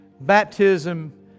baptism